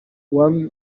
warner